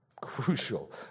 crucial